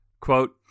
Quote